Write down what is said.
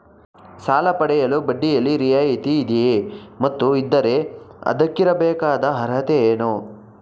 ಸಾಲ ಪಡೆಯಲು ಬಡ್ಡಿಯಲ್ಲಿ ರಿಯಾಯಿತಿ ಇದೆಯೇ ಮತ್ತು ಇದ್ದರೆ ಅದಕ್ಕಿರಬೇಕಾದ ಅರ್ಹತೆ ಏನು?